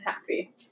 happy